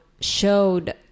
showed